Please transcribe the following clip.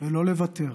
ולא לוותר,